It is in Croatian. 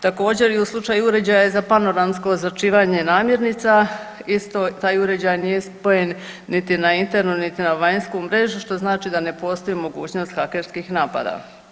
Također i u slučaju uređaja za panoramsko ozračivanje namirnica isto taj uređaj nije spojen niti na internu, niti na vanjsku mrežu što znači da ne postoji mogućnost hakerskih napada.